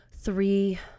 three